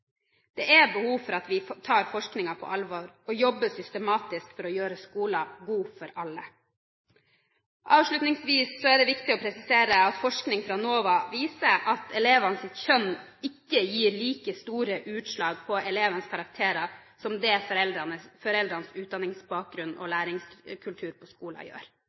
Det er behov for at vi tar forskningen på alvor og jobber systematisk for å gjøre skolen god for alle. Avslutningsvis er det viktig å presisere at forskning fra NOVA viser at elevens kjønn ikke gir like store utslag på elevens karakter som det foreldrenes utdanningsbakgrunn og læringskultur på skolen gjør.